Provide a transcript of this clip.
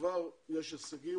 כבר יש הישגים.